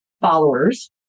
followers